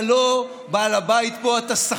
אתה לא בעל הבית פה, אתה שכיר.